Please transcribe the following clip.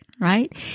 right